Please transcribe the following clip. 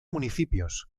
municipios